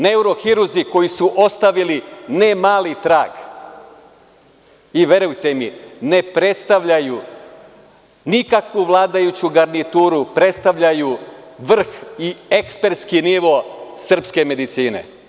Neurohiruzi koji su ostavili ne mali trag i verujte mi, ne predstavljaju nikakvu vladajuću garnituru, predstavljaju vrh i ekspertski nivo srpske medicine.